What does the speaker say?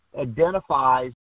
identifies